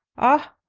ah,